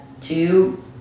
two